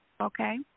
Okay